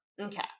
okay